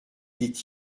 dit